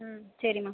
ம் சரிம்மா